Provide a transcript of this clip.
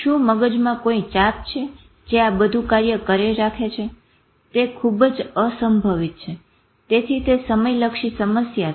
શું મગજમાં કોઈ ચાંપ છે જે આ બધું કાર્ય કરે રાખે છે તે ખુબ જ અસંભવિત છે તેથી તે સમયલક્ષી સમસ્યા છે